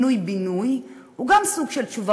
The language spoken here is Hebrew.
בינוי-פינוי-בינוי הוא גם סוג של תשובה,